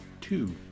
two